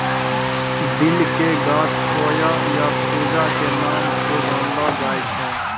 दिल के गाछ सोया या सूजा के नाम स जानलो जाय छै